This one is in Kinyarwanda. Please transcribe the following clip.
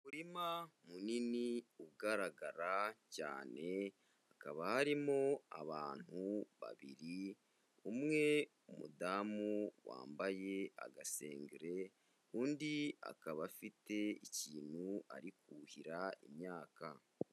Umurima munini ugaragara cyane, hakaba harimo abantu babiri, umwe umudamu wambaye agasengere, undi akaba afite ikintu ari kuhira imyaka.